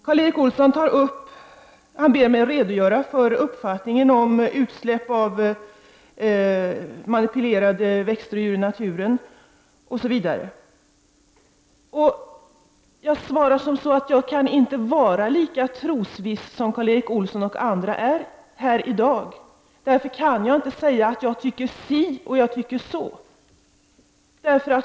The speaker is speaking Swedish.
Karl Erik Olsson ber mig redogöra för min uppfattning om utsläpp av manipulerade växter och djur i naturen, osv. Jag svarar som så att jag inte kan vara lika trosviss som Karl Erik Olsson och andra är här i dag. Därför kan jag inte säga att jag tycker si och jag tycker så.